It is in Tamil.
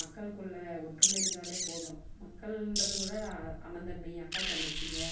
மக்கள்க்குள்ளே ஒற்றுமை இருந்தாலே போதும் மக்கள்ன்றதை விட அண்ணன் தம்பி அக்கா தங்கச்சிங்க